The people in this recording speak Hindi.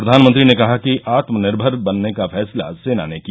प्रघानमंत्री ने कहा कि आत्मनिर्भर बनने का फैसला सेना ने किया